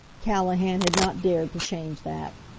callahan had not dared to change that.